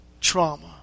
trauma